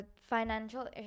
financial